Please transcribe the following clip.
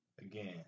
again